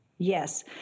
Yes